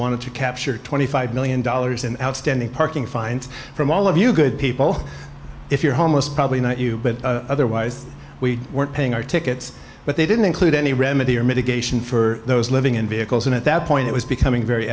wanted to capture twenty five million dollars in outstanding parking fines from all of you good people if you're homeless probably not you but otherwise we were paying our tickets but they didn't include any remedy or mitigation for those living in vehicles and at that point it was becoming very